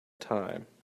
time